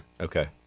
okay